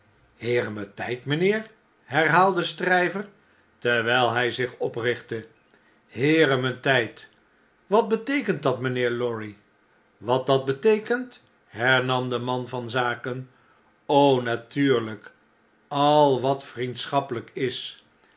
tfjd mynheer herhaalde stryver terwjjl hjj zich oprichtte heere mijn tgd wat beteekent dat mijnheer lorry wat dat beteekent hernam de man van zaken o natuurlgk al wat vriendschappelp is